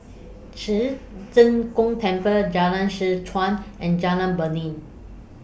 Ci Zheng Gong Temple Jalan Seh Chuan and Jalan Beringin